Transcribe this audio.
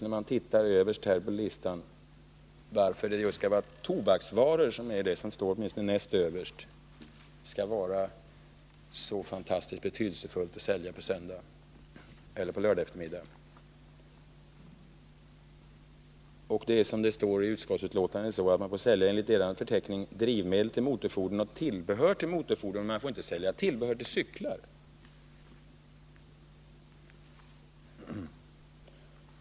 När man granskar den listan kan man fråga sig varför det skall vara så fantastiskt betydelsefullt att sälja just tobaksvaror — det står näst överst — på söndagar eller på lördagseftermiddagar. Som det står i utskottsbetänkandet får man enligt er förteckning sälja drivmedel till motorfordon och tillbehör till sådana fordon, men man får inte sälja tillbehör till cyklar.